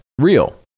real